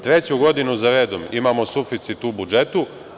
Treću godinu za redom imamo suficit u budžetu.